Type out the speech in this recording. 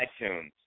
iTunes